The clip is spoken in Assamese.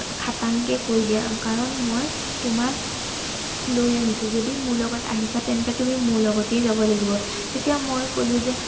খাটাংকৈ কৈ দিয়া কাৰণ মই তোমাক লৈ আহিছোঁ যদি মোৰ লগত আহিছা তেন্তে তুমি মোৰ লগতেই যাব লাগিব তেতিয়া মই ক'লোঁ যে